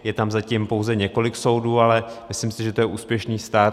Je tam zatím pouze několik soudů, ale myslím si, že je to úspěšný start.